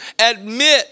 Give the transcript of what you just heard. admit